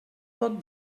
poc